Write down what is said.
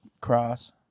Cross